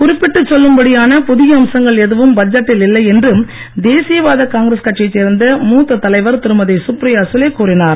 குறிப்பிட்டுச் சொல்லும்படியான புதிய அம்சங்கள் எதுவும் பட்ஜெட்டில் இல்லை என்று தேசியவாத காங்கிரஸ் கட்சியைச் சேர்ந்த மூத்த தலைவர் திருமதி சுப்ரியா சுலே கூறினார்